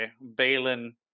Balin